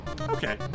Okay